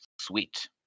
sweet